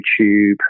youtube